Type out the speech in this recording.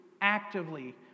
actively